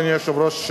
אדוני היושב-ראש,